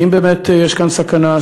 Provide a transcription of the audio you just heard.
האם באמת יש כאן סכנה.